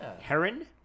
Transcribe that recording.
Heron